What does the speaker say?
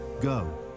go